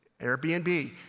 Airbnb